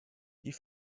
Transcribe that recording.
die